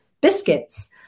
biscuits